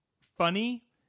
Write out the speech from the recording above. funny